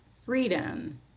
freedom